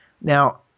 Now